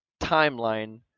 timeline